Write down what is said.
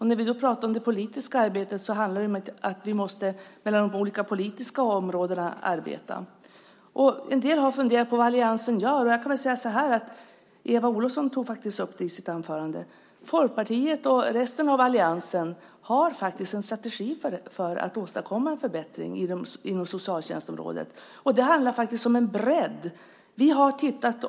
När vi då pratar om det politiska arbetet handlar det om att vi måste arbeta mellan de olika politiska områdena. En del har funderat på vad alliansen gör. Jag kan väl säga så här att Eva Olofsson faktiskt tog upp det i sitt anförande. Folkpartiet och resten av alliansen har en strategi för att åstadkomma en förbättring inom socialtjänstområdet. Det handlar om en bredd.